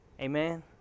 Amen